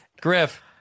Griff